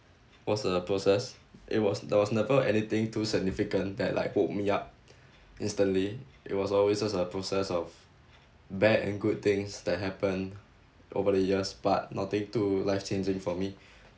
was a process it was there was never anything too significant that like woke me up instantly it was always just a process of bad and good things that happened over the years but nothing too life-changing for me